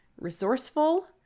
resourceful